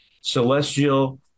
Celestial